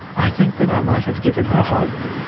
i think that i might have given her hope.